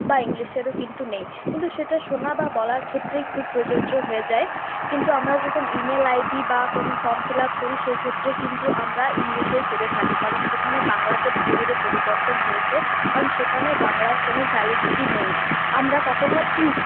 বা ইংলিশেরও কিন্তু নেই কিন্তু সেটা শোনা বা বলার ক্ষেত্রে খুব প্রযোজ্য হয়ে যায় কিন্তু আমরা যখন ইমেল আইডি বা কোনও ফর্ম ফিলআপ করি সেক্ষত্রে কিন্তু আমরা ইংলিশেই করে থাকি কারণ সেখানে বাংলাটা ধীরে ধীরে পরিবর্তন হয়েছে কারণ সেখানে বাংলার কোনও ভ্যালিডিটি নেই আমরা কখনও